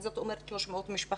זאת אומרת 300 משפחות,